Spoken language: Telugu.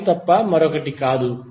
5 తప్ప మరొకటి కాదు